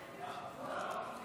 הצעת הוועדה